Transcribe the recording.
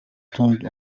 түүнд